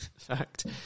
fact